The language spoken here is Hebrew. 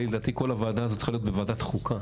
לדעתי כל הוועדה הזאת צריכה להיות בוועדת חוקה.